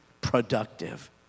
productive